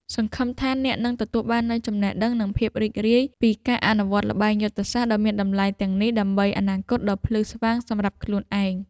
សង្ឃឹមថាអ្នកនឹងទទួលបាននូវចំណេះដឹងនិងភាពរីករាយពីការអនុវត្តល្បែងយុទ្ធសាស្ត្រដ៏មានតម្លៃទាំងនេះដើម្បីអនាគតដ៏ភ្លឺស្វាងសម្រាប់ខ្លួនឯង។